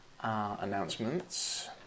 announcements